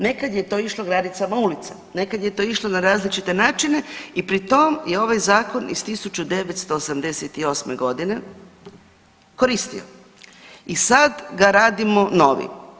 Nekad je to išlo granicama ulica, nekad je to išlo na različite načine i pri tom je ovaj Zakon iz 1988. g. koristio i sad ga radimo novi.